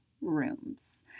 rooms